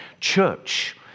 church